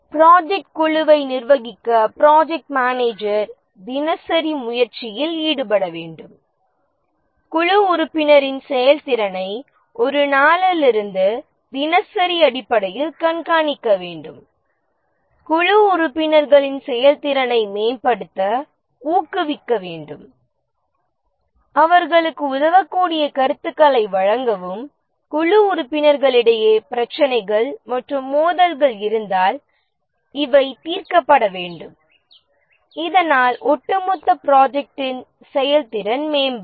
project குழுவை நிர்வகிக்க project manager தினசரி முயற்சியில் ஈடுபட வேண்டும் குழு உறுப்பினரின் செயல்திறனை ஒரு நாளில் இருந்து தினசரி அடிப்படையில் கண்காணிக்க வேண்டும் குழு உறுப்பினர்களின் செயல்திறனை மேம்படுத்த ஊக்குவிக்க வேண்டும் அவர்களுக்கு உதவக்கூடிய கருத்துக்களை வழங்கவும் குழு உறுப்பினர்களிடையே பிரச்சினைகள் மற்றும் மோதல்கள் இருந்தால் இவை தீர்க்கப்பட வேண்டும் இதனால் ஒட்டுமொத்த ப்ரொஜெக்ட்டின் செயல்திறன் மேம்படும்